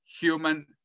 human